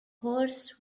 hoarse